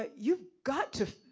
ah you've got to,